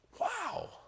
Wow